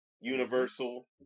Universal